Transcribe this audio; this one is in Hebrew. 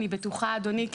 אני בטוחה אדוני,